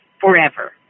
forever